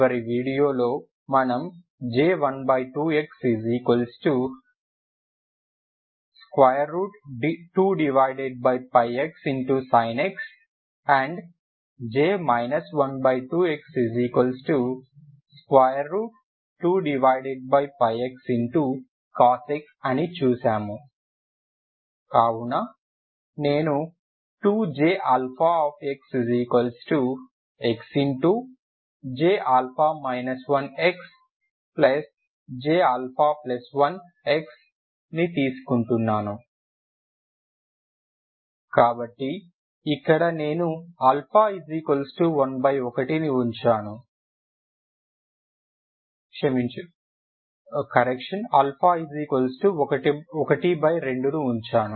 చివరి వీడియోలో మనము J12x2πx sinx J 12x2πx cosx అని చూశాము కావున నేను 2J xxJα 1xJα1xని తీసుకుంటున్నాను కాబట్టి ఇక్కడ నేను α12ను ఉంచాను